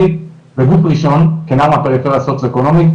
בגוף ראשון כנער מהפריפריה הסוציו אקונומית,